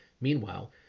Meanwhile